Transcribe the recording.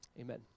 Amen